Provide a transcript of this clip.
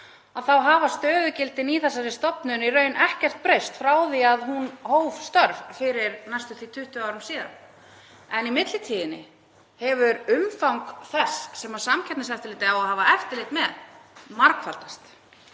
núna hafa stöðugildi í þessari stofnun í raun ekkert breyst frá því að hún hóf störf fyrir næstum því 20 árum síðan en í millitíðinni hefur umfang þess sem Samkeppniseftirlitið á að hafa eftirlit með margfaldast.